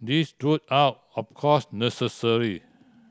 these route are of course necessary